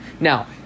Now